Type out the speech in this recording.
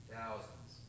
Thousands